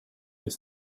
his